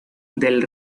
del